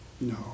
No